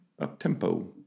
Up-tempo